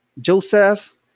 Joseph